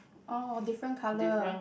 oh different colour